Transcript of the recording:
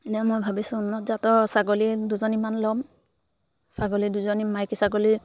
এনেও মই ভাবিছোঁ উন্নত জাতৰ ছাগলী দুজনীমান ল'ম ছাগলী দুজনী মাইকী ছাগলী